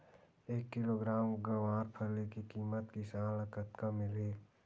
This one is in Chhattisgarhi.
एक किलोग्राम गवारफली के किमत किसान ल कतका मिलही?